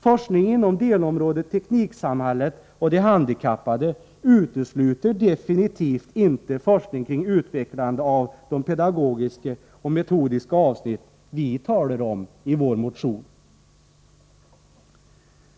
Forskning inom delområdet Tekniksamhället och de handikappade utesluter definitivt inte forskning kring utvecklande av de pedagogiska och metodiska avsnitt vi talar om i vår motion.